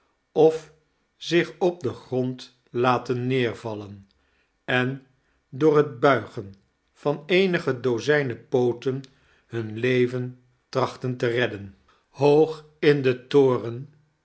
of zioli op dien grond laten neeirvallen en door bet buigen van eenige dozijnen pooten hun leven tracbten te reddjen hoog in den toren